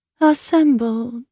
Assembled